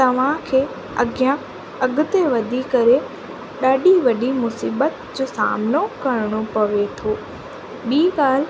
तव्हांखे अॻियां अॻिते वधी करे ॾाढी वॾी मुसीबतु जो सामिनो करिणो पवे थो ॿी ॻाल्हि